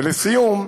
ולסיום,